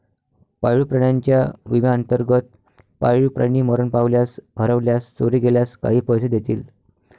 पाळीव प्राण्यांच्या विम्याअंतर्गत, पाळीव प्राणी मरण पावल्यास, हरवल्यास, चोरी गेल्यास काही पैसे देतील